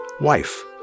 wife